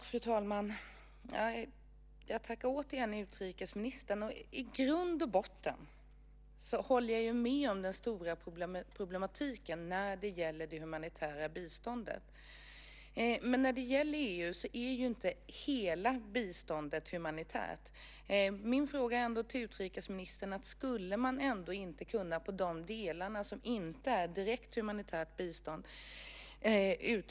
Fru talman! Jag tackar återigen utrikesministern för svaret. I grund och botten håller jag med om den stora problematiken när det gäller det humanitära biståndet. Men när det gäller EU är inte hela biståndet humanitärt. Min fråga till utrikesministern är: Skulle man ändå inte kunna utöva påtryckning på de delar som inte är direkt humanitärt bistånd?